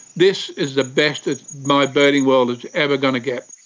this is the best that my birding world is ever going to get.